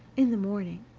in the morning,